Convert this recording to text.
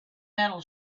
metal